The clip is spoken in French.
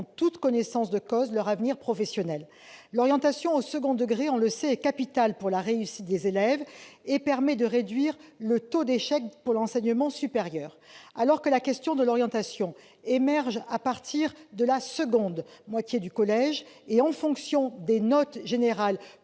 toute connaissance de cause leur avenir professionnel. L'orientation dispensée durant le second degré, on le sait, est capitale pour la réussite des élèves et permet de réduire le taux d'échec dans l'enseignement supérieur. Alors que la question de l'orientation émerge à partir de la seconde moitié du collège et en fonction des notes générales,